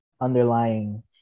underlying